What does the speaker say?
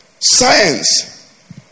Science